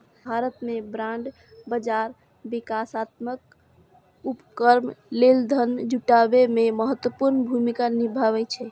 भारत मे बांड बाजार विकासात्मक उपक्रम लेल धन जुटाबै मे महत्वपूर्ण भूमिका निभाबै छै